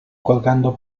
colgando